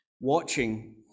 watching